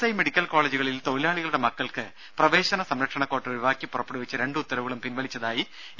I medical കോളജുകളിൽ തൊഴിലാളികളുടെ മക്കൾക്ക് പ്രവേശന സംരക്ഷണ ക്വാട്ട ഒഴിവാക്കി പുറപ്പെടുവിച്ച രണ്ട് ഉത്തരവുകളും പിൻവലിച്ചതായി ഇ